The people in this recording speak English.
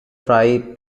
try